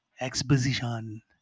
exposition